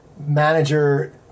Manager